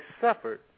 suffered